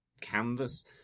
canvas